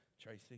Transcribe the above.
Tracy